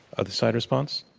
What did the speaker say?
other side response?